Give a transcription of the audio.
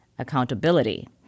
accountability